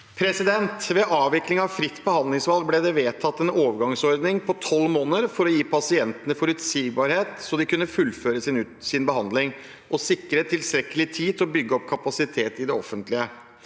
«Ved avviklingen av fritt behandlingsvalg ble det vedtatt en overgangsordning på 12 måneder for å gi pasientene forutsigbarhet så de kunne få fullført sin behandling, og sikre tilstrekkelig tid til å bygge opp kapasitet i det offentlige.